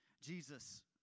Jesus